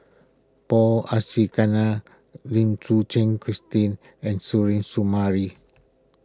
Paul Abisheganaden Lim Suchen Christine and Suzairhe Sumari